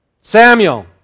Samuel